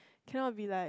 cannot be like